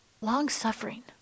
Long-suffering